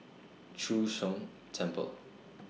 Chu Sheng Temple